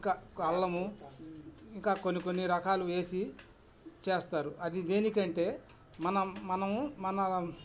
ఇంకా అల్లము ఇంకా కొన్ని కొన్ని రకాలు వేసి చేస్తారు అది దేనికంటే మనం మనము మన